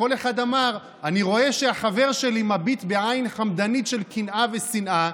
כל אחד אמר: אני רואה שהחבר שלי מביט בעין חמדנית של קנאה ושנאה.